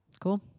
cool